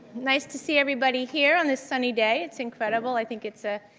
nice to see everybody here on this sunny day. it's incredible. i think it's a